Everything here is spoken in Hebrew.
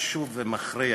חשוב ומכריע